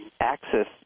access